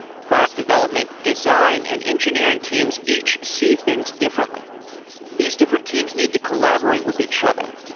product development, design and engineering teams each see things differently these different teams need to collaborate with each other,